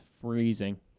freezing